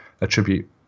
attribute